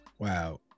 Wow